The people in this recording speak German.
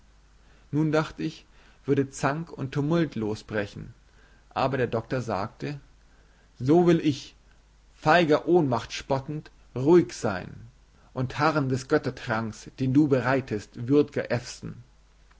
nun dacht ich würde zank und tumult losbrechen aber der doktor sagte so will ich feiger ohnmacht spottend ruhig sein und harrn des göttertranks den du bereitet würd'ger